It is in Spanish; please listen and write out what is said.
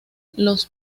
los